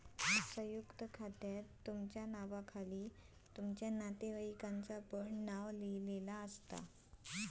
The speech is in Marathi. संयुक्त खात्यात तुमच्या नावाखाली तुमच्या नातेवाईकांचा नाव लिहिलेला असता